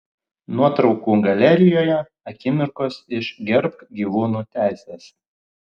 nuotraukų galerijoje akimirkos iš gerbk gyvūnų teises